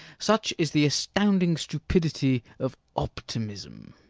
such is the astounding stupidity of optimism.